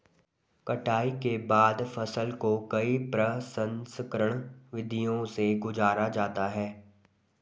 कटाई के बाद फसल को कई प्रसंस्करण विधियों से गुजारा जाता है